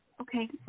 okay